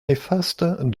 néfastes